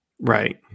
Right